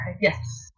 yes